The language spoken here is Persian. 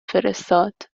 فرستاد